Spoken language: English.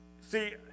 See